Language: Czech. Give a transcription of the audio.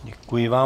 Děkuji vám.